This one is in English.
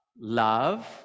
Love